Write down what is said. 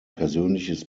persönliches